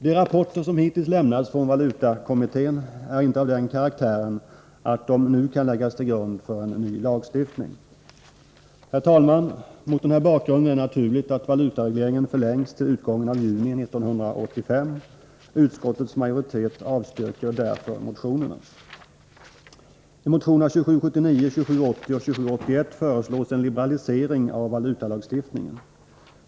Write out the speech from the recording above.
De rapporter som hittills lämnats från valutakommittén är inte av den karaktären att de nu kan läggas till grund för en ny lagstiftning. Herr talman! Mot den här bakgrunden är det naturligt att valutaregleringen förlängs till utgången av juni 1985. Utskottets majoritet avstyrker därför motionerna. I motionerna 2779, 2780 och 2781 föreslås en liberalisering av valutalagstiftningen.